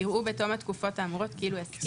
יראו בתום התקופות האמורות כי אילו יסכים